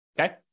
okay